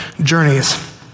journeys